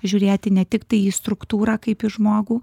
žiūrėti ne tiktai į struktūrą kaip į žmogų